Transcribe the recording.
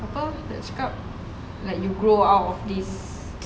apa nak cakap like you grow out of this